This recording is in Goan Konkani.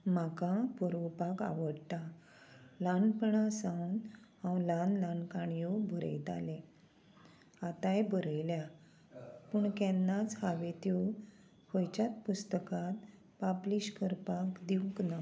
म्हाका बरोवपाक आवडटा ल्हानपणां सावन हांव ल्हान ल्हान काणयो बरयतालें आतांय बरयल्या पूण केन्नाच हांवें त्यो खंयच्याच पुस्तकांत पाब्लीश करपाक दिवंक ना